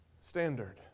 standard